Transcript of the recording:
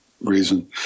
reason